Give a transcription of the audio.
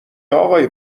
آقای